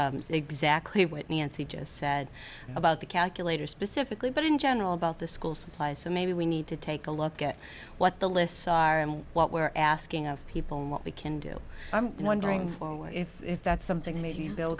so exactly what nancy just said about the calculator specifically but in general about the school supplies so maybe we need to take a look at what the lists are and what we're asking of people and what we can do i'm wondering if if that's something